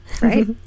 right